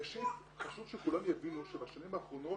ראשית חשוב שכולם יבינו שבשנים האחרונות